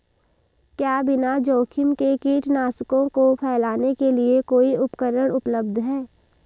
क्या बिना जोखिम के कीटनाशकों को फैलाने के लिए कोई उपकरण उपलब्ध है?